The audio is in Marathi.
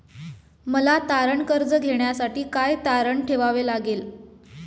मला तारण कर्ज घेण्यासाठी काय तारण ठेवावे लागेल?